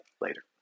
later